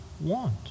want